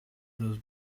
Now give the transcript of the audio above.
those